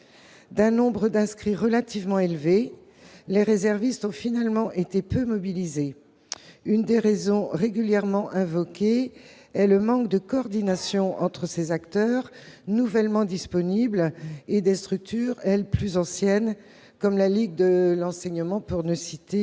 le nombre d'inscrits est relativement élevé, les réservistes ont été peu mobilisés. L'une des raisons régulièrement invoquées est le manque de coordination entre ces acteurs nouvellement disponibles et les structures, plus anciennes, comme la Ligue de l'enseignement ... N'y